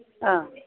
ओह